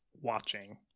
watching